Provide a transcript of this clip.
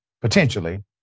potentially